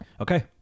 Okay